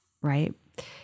right